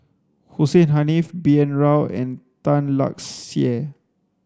Hussein Haniff B N Rao and Tan Lark Sye